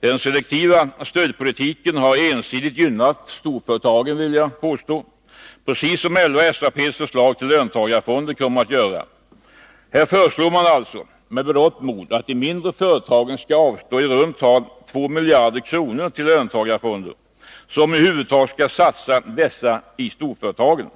Den selektiva stödpolitiken har ensidigt gynnat storföretagen, vill jag påstå, precis som LO/SAP:s förslag till löntagarfonder kommer att göra. Här föreslår man alltså med berått mod att de mindre företagen skall avstå i runt tal 2 miljarder kronor till löntagarfonder, som i huvudsak skall satsa dessa i storföretagen.